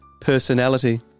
personality